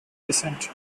descent